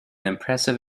impressive